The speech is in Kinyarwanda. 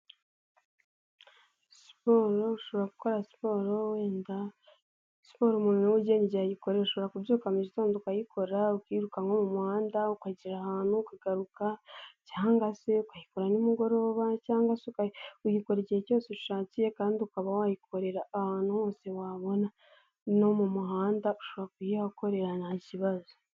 Siporo ushobora gukora siporo, wenda siporo umuntu niwe ugena igihe wayikorera. Ushobora kubyuka mugitondo ukayikora. Ukirukanka nko mu muhanda, ukagera ahantu ukagaruka cyangwa se ukayikora nimugoroba cyangwa se uyikora igihe cyose ushakiye kandi ukaba wayikorera ahantu hose wabona, no mu muhanda ushobora kuyihakorera nta kibazo.